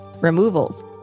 removals